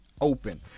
Open